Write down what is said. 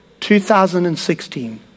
2016